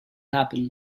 happen